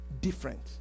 different